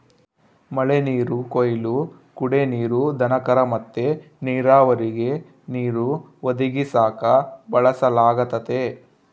ಮಳೆನೀರು ಕೊಯ್ಲು ಕುಡೇ ನೀರು, ದನಕರ ಮತ್ತೆ ನೀರಾವರಿಗೆ ನೀರು ಒದಗಿಸಾಕ ಬಳಸಲಾಗತತೆ